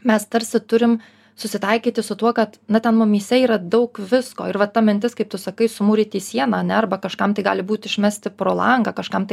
mes tarsi turim susitaikyti su tuo kad na ten mumyse yra daug visko ir va ta mintis kaip tu sakai sumūryti sieną ane arba kažkam tai gali būti išmesti pro langą kažkam tai